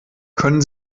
können